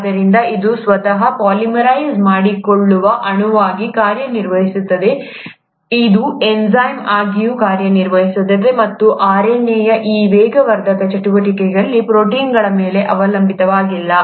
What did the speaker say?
ಆದ್ದರಿಂದ ಇದು ಸ್ವತಃ ಪಾಲಿಮರೈಸ್ ಮಾಡಿಕೊಳ್ಳುವ ಅಣುವಾಗಿ ಕಾರ್ಯನಿರ್ವಹಿಸುತ್ತದೆ ಇದು ಎನ್ಝೈಮ್ ಆಗಿಯೂ ಕಾರ್ಯನಿರ್ವಹಿಸುತ್ತದೆ ಮತ್ತು RNA ಯ ಈ ವೇಗವರ್ಧಕ ಚಟುವಟಿಕೆಯು ಪ್ರೋಟೀನ್ಗಳ ಮೇಲೆ ಅವಲಂಬಿತವಾಗಿಲ್ಲ